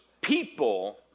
people